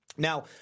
Now